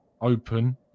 open